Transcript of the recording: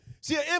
See